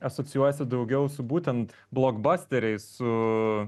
asocijuojasi daugiau su būtent blogbasteriais su